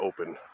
open